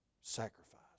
sacrifice